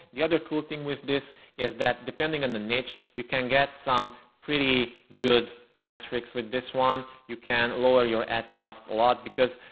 the other cool thing with this is that depending on the niche, you can get some pretty good metrics. with this one. you can lower your ad costs a lot because